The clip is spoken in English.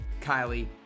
Kylie